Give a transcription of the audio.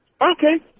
Okay